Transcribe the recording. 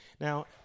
Now